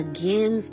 Again